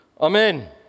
Amen